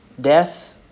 death